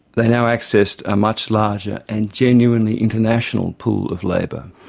they now accessed a much larger and genuinely international pool of labour,